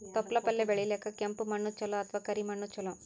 ತೊಪ್ಲಪಲ್ಯ ಬೆಳೆಯಲಿಕ ಕೆಂಪು ಮಣ್ಣು ಚಲೋ ಅಥವ ಕರಿ ಮಣ್ಣು ಚಲೋ?